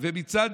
ובפתוס,